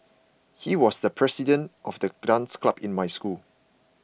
he was the president of the dance club in my school